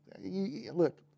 Look